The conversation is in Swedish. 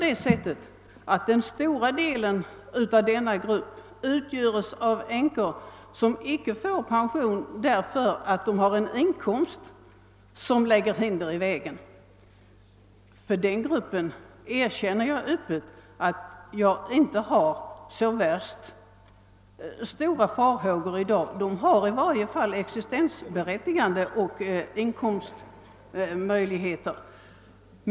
Utgöres den stora delen av denna grupp av änkor som icke får någon pension därför att de har en inkomst som lägger hinder i vägen? Jag erkänner öppet att jag inte i dag hyser några större farhågor för denna grupp, eftersom den i varje fall har inkomstmöjligheter och en någorlunda tryggad existens.